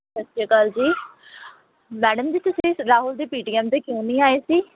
ਸਤਿ ਸ਼੍ਰੀ ਅਕਾਲ ਜੀ ਮੈਡਮ ਜੀ ਤੁਸੀਂ ਰਾਹੁਲ ਦੀ ਪੀ ਟੀ ਐਮ 'ਤੇ ਕਿਉਂ ਨਹੀਂ ਆਏ ਸੀ